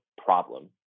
problem